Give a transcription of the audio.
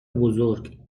بزرگ